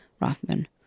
Rothman